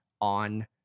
on